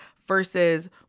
versus